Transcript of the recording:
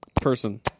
Person